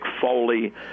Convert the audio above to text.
Foley